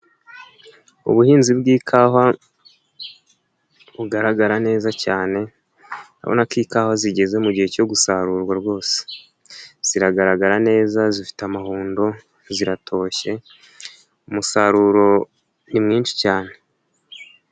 Ubuhinzi bw'ikawa, bugaragara neza cyane, urabona ko ikawa zigeze mugihe cyo gusarurwa rwose, ziragaragara neza, zifite amahundo, ziratoshye, umusaruro ni mwinshi cyane.